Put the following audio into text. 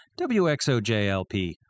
wxojlp